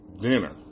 dinner